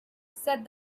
said